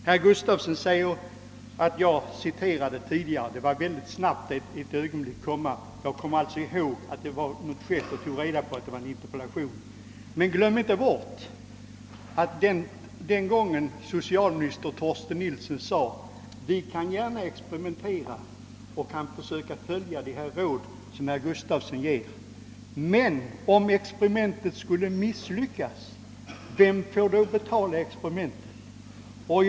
Herr Gustafsson tog upp det referat jag tidigare gjorde av hans agerande i denna fråga och sade att jag hade fel på de flesta punkterna. Jag erinrade mig i all hast att någonting hade skett på detta område och tog sedan reda på att det var en interpellation som herr Gustafsson i Skellefteå hade väckt. I detta sammanhang vill jag påminna om vad socialminister Torsten Nilsson yttrade. Han sade att vi gärna kunde experimentera och försöka följa de råd som herr Gustafsson gav, bl.a. i denna interpellation, men om experimentet 'skulle misslyckas — vem finge då be tala det? Hyresgästerna!